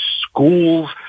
schools